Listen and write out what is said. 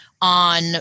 on